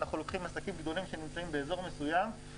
שאנחנו לוקחים עסקים גדולים שנמצאים באזור מסוים,